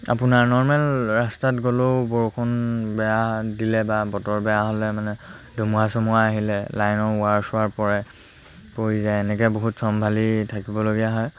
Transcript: আপোনাৰ নৰ্মেল ৰাস্তাত গ'লেও বৰষুণ বেয়া দিলে বা বতৰ বেয়া হ'লে মানে ধুমুহা চুমুহা আহিলে লাইনৰ ৱোৱাৰ চোৱাৰ পৰে পৰি যায় এনেকৈ বহুত চম্ভালি থাকিবলগীয়া হয়